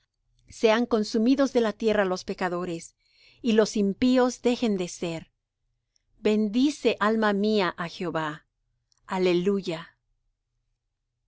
sean consumidos de la tierra los pecadores y los impíos dejen de ser bendice alma mía á jehová aleluya